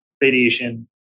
radiation